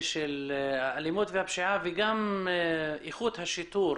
האלימות והפשיעה וגם לאיכות השיטור